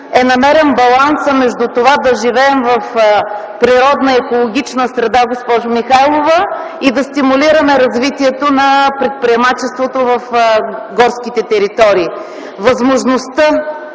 е намерен балансът между това да живеем в природна, екологична среда, госпожо Михайлова, и да стимулираме развитието на предприемачеството в горските територии.